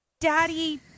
daddy